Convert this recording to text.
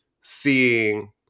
seeing